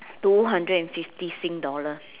two hundred and fifty sing dollar